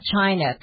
China